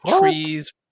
Trees